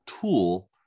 tool